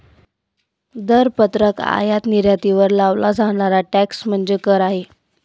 दरपत्रक आयात निर्यातीवर लावला जाणारा टॅक्स म्हणजे कर आहे